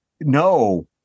no